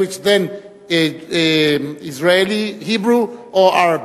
other than Israeli Hebrew or Arabic,